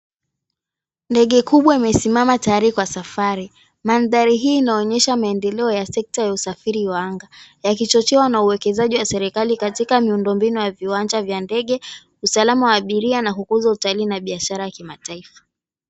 Ndege kubwa imesimama tayari kwa safari. Manthari hii inaonyesha maendeleo ya sekta ya usafiri wa anga, yakichochewa na uwekezaji wa serikali katika miundombinu ya viwanja vya ndege, usalama wa abiria na kukuza utalii na biashara kimataifa.